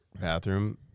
bathroom